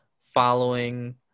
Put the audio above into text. following